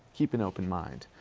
keep an open mind.